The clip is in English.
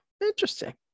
Interesting